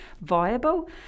viable